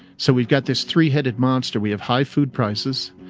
so we've got this three headed monster we have high food prices,